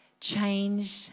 change